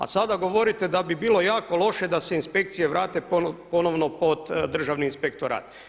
A sada govorite da bi bilo jako loše da se inspekcije vrate ponovno pod Državni inspektorat.